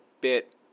bit